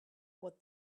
what